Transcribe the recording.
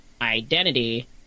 identity